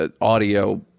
audio